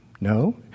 no